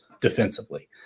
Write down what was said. defensively